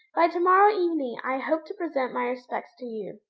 by to-morrow evening i hope to present my respects to you.